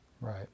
right